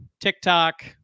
TikTok